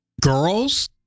girls